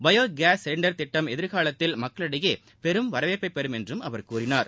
bio gas cylinder திட்டம் எதிர்காலத்தில் மக்களிடையே பெரும் வரவேற்பை பெரும் என்றும் அவர் கூறினார்